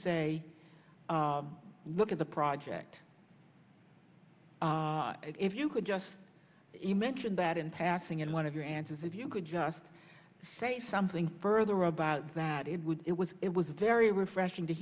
say look at the project if you could just you mentioned that in passing in one of your answers if you could just say something further about that it would it was it was very refreshing to